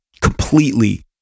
completely